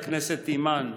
אימאן,